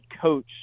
coach